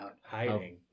Hiding